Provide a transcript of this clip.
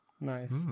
Nice